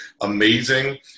amazing